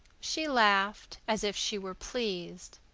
she laughed as if she were pleased.